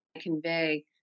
convey